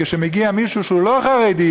כשמגיע מישהו שהוא לא חרדי,